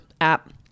app